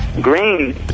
Green